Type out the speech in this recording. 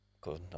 Good